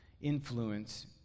influence